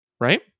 right